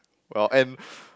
well and